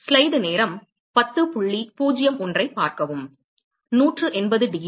180 degree